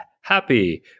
happy